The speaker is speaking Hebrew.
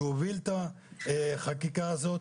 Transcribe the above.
שהוביל את החקיקה הזאת,